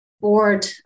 board